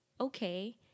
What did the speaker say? okay